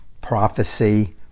prophecy